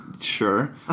Sure